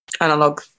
analog